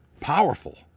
powerful